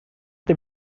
dem